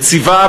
וציווה,